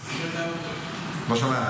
מי כתב את הספר?